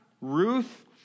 Ruth